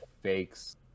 fakes